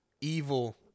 evil